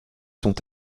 sont